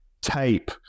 tape